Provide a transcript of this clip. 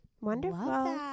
Wonderful